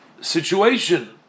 situation